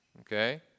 Okay